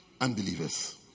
Unbelievers